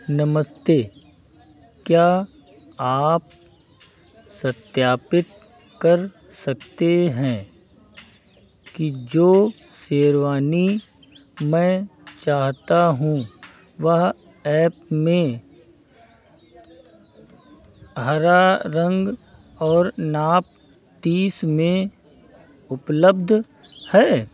नमस्ते क्या आप सत्यापित कर सकते हैं कि जो शेरवानी मैं चाहता हूँ वह एप में हरा रंग और नाप तीस में उपलब्ध है